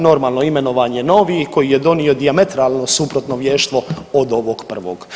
Normalno imenovan je novi koji je donio dijametralno suprotno vještvo od ovog prvog.